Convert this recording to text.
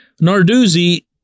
Narduzzi